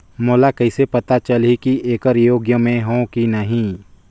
मोला कइसे पता चलही की येकर योग्य मैं हों की नहीं?